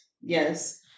Yes